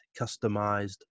customized